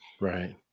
right